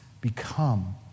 become